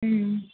ம்